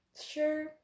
sure